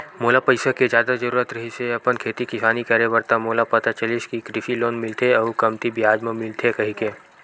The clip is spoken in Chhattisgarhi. मोला पइसा के जादा जरुरत रिहिस हे अपन खेती किसानी करे बर त मोला पता चलिस कि कृषि लोन मिलथे अउ कमती बियाज म मिलथे कहिके